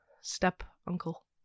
step-uncle